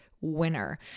winner